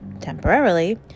temporarily